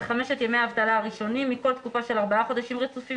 חמשת ימי האבטלה הראשונים מכל תקופה של ארבעה חודשים רצופים,